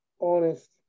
honest